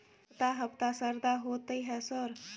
हफ्ता हफ्ता शरदा होतय है सर?